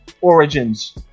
Origins